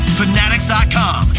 fanatics.com